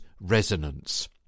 resonance